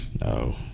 No